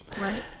Right